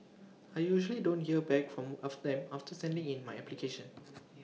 I usually don't hear back from them after sending in my application